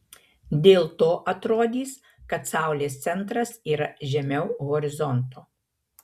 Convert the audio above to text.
dėl to atrodys kad saulės centras yra žemiau horizonto